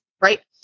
right